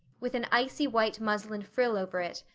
with an icy white muslin frill over it,